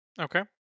Okay